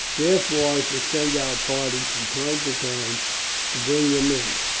therefore i should send out parties from time to time to bring them in.